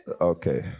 Okay